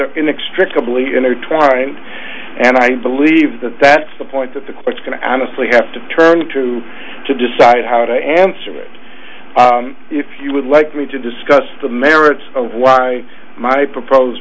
are inextricably intertwined and i believe that that's the point that the court's going to honestly have to turn to to decide how to answer it if you would like me to discuss the merits of why my proposed